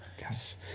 Yes